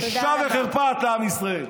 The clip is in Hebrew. את בושה וחרפה לעם ישראל.